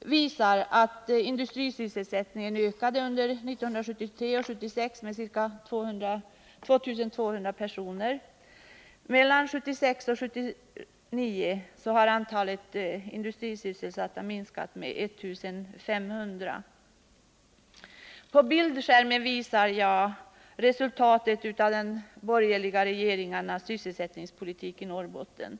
visar att industrisysselsättningen ökade mellan 1973 och 1976 med ca 2 200 personer men att antalet sysselsatta från 1976 till 1979 har minskat med ca 1 500. På bildskärmen visar jag resultatet av de borgerliga regeringarnas sysselsättningspolitik i Norrbotten.